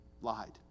lied